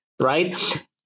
right